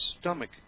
stomach